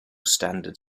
standard